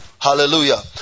Hallelujah